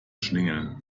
schlingel